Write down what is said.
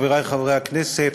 חברי חברי הכנסת,